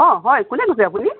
অঁ হয় কোনে কৈছে আপুনি